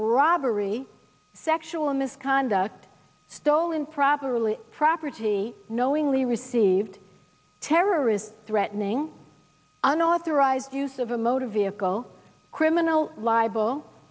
robbery sexual misconduct though improperly property knowingly received terrorist threatening unauthorized use of a motor vehicle criminal libel